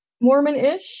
mormon-ish